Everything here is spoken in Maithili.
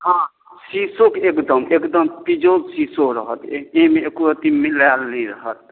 हँ शिशोके एकदम एकदम प्योर शिशो रहत एकदम जाहिमे एको रत्ती मिलायल नहि रहत